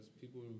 people